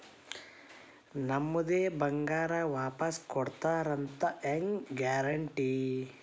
ನಮ್ಮದೇ ಬಂಗಾರ ವಾಪಸ್ ಕೊಡ್ತಾರಂತ ಹೆಂಗ್ ಗ್ಯಾರಂಟಿ?